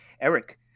Eric